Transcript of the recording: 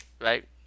Right